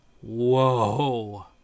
whoa